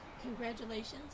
Congratulations